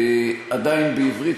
עדיין בעברית,